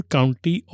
County